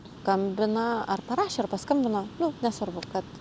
skambina ar parašė ar paskambino nu nesvarbu kad